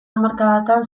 hamarkadatan